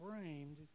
framed